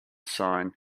sign